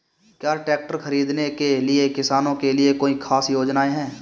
क्या ट्रैक्टर खरीदने के लिए किसानों के लिए कोई ख़ास योजनाएं हैं?